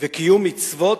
וקיום מצוות,